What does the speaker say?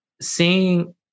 seeing